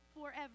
forever